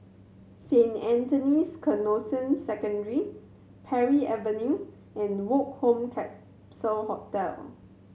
Saint Anthony's Canossian Secondary Parry Avenue and Woke Home Capsule Hotel